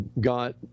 got –